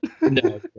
No